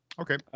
Okay